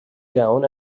down